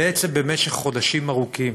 במשך חודשים ארוכים